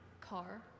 Car